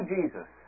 Jesus